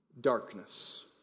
darkness